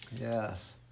Yes